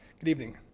good evening.